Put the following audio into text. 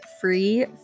free